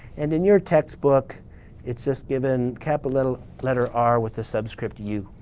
and in your textbook it's just given capital letter r with the subscript u.